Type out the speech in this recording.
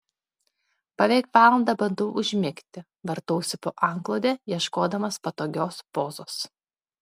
beveik valandą bandau užmigti vartausi po antklode ieškodamas patogios pozos